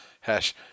Hash